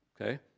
okay